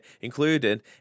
including